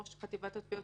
ראש חטיבת התביעות.